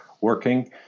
working